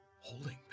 holding